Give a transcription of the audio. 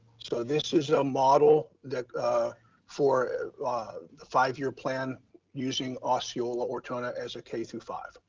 so this is a model that for a ah um five year plan using osceola ortona as a k through five.